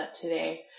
today